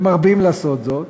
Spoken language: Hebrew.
ומרבים לעשות זאת,